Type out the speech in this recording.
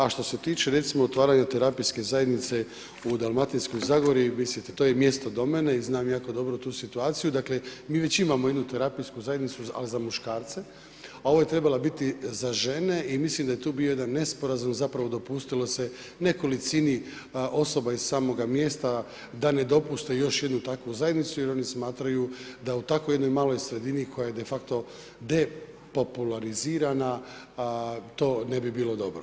A što se tiče recimo otvaranja terapijske zajednice u dalmatinskoj zagori, to je mjesto do mene i znam jako dobro tu situaciju, dakle mi već imamo jednu terapijsku zajednicu, ali za muškarce, a ovo je trebalo biti za žene i mislim da je to bio jedan nesporazum, zapravo dopustilo se nekolicini osoba iz samoga mjesta da ne dopuste još jednu takvu zajednicu jer oni smatraju da u tako jednoj maloj sredini koja je defakto depopularizirana to ne bi bilo dobro.